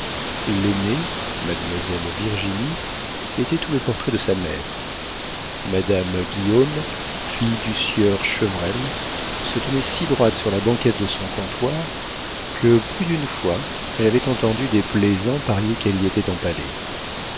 l'aînée mademoiselle virginie était tout le portrait de sa mère madame guillaume fille du sieur chevrel se tenait si droite sur la banquette de son comptoir que plus d'une fois elle avait entendu des plaisants parier qu'elle y était empalée